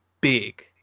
big